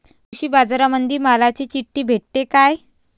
कृषीबाजारामंदी मालाची चिट्ठी भेटते काय?